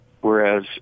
Whereas